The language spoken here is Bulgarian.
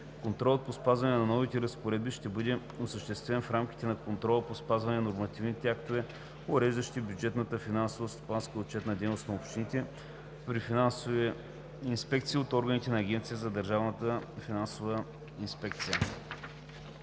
Контролът по спазване на новите разпоредби ще бъде осъществяван в рамките на контрола по спазването на нормативните актове, уреждащи бюджетната, финансово-стопанската и отчетната дейност на общините при финансови инспекции от органите на Агенцията за държавна финансова инспекция.